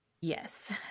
Yes